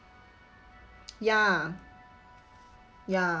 ya ya